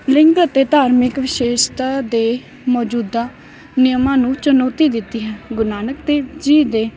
ਲਿੰਗ ਅਤੇ ਧਾਰਮਿਕ ਵਿਸ਼ੇਸ਼ਤਾ ਦੇ ਮੌਜੂਦਾ ਨਿਯਮਾਂ ਨੂੰ ਚੁਣੌਤੀ ਦਿੱਤੀ ਹੈ ਗੁਰੂ ਨਾਨਕ ਦੇਵ ਜੀ ਦੇ